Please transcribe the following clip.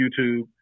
YouTube